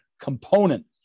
component